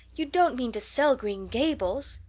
you don't mean to sell green gables!